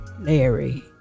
Larry